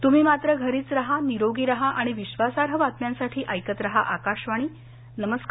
तुम्ही मात्र घरीच राहा निरोगी राहा आणि विश्वासार्ह बातम्यांसाठी ऐकत राहा आकाशवाणी नमस्कार